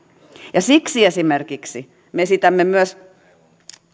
siksi me esimerkiksi esitämme myös